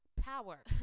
power